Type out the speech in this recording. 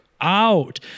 out